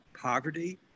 poverty